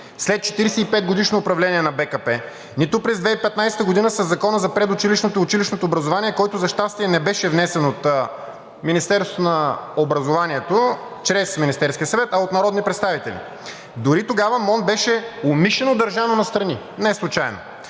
след 45-годишно управление на БКП, нито през 2015 г. със Закона за предучилищното и училищното образование, който, за щастие, не беше внесен от Министерството на образованието и науката чрез Министерския съвет, а от народни представители. Дори тогава МОН беше умишлено държано настрани неслучайно.